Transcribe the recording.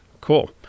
Cool